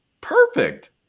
perfect